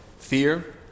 Fear